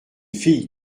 fille